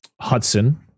Hudson